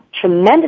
tremendous